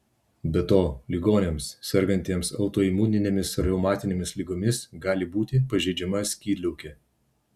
be to ligoniams sergantiems autoimuninėmis reumatinėmis ligomis gali būti pažeidžiama skydliaukė